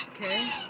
Okay